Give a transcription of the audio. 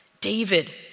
David